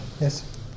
Yes